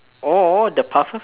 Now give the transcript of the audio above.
or the pufferfish